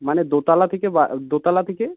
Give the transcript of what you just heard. মানে দোতলা থেকে দোতলা থেকে